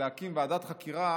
להקים ועדת חקירה